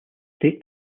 state